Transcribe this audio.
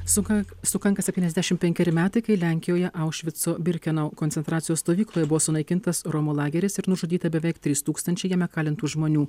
sukak sukanka septyniasdešimt penkeri metai kai lenkijoje aušvico birkenau koncentracijos stovykloje buvo sunaikintas romų lageris ir nužudyta beveik trys tūkstančiai jame kalintų žmonių